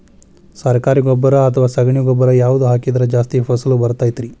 ಸರಕಾರಿ ಗೊಬ್ಬರ ಅಥವಾ ಸಗಣಿ ಗೊಬ್ಬರ ಯಾವ್ದು ಹಾಕಿದ್ರ ಜಾಸ್ತಿ ಫಸಲು ಬರತೈತ್ರಿ?